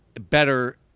better